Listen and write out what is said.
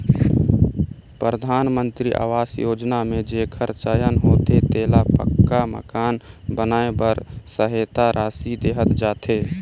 परधानमंतरी अवास योजना में जेकर चयन होथे तेला पक्का मकान बनाए बर सहेता रासि देहल जाथे